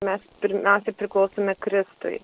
mes pirmiausia priklausome kristui